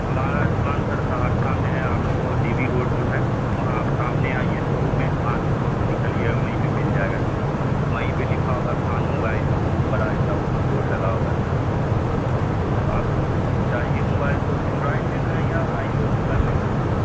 ہمارا دکان سر سہرسہ میں ہے آپ کو ڈی وی روڈ جو ہے وہاں آپ سامنے آئیے شروع میں مہاویر چوک سے نکلیے گا وہیں پہ مل جائے گا سر وہیں پہ لکھا ہوگا خان موبائل بڑا ایسا اوپر بورڈ لگا ہوگا سر تو آپ چاہیے موبائل تو اینڈرائڈ لینا ہے یا آئی او ایس والا لینا ہے